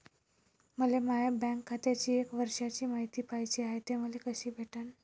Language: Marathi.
मले माया बँक खात्याची एक वर्षाची मायती पाहिजे हाय, ते मले कसी भेटनं?